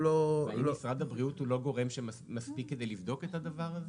האם משרד הבריאות הוא לא גורם מספיק כדי לבדוק את הדבר הזה?